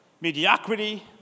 mediocrity